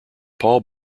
paul